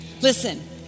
Listen